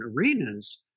arenas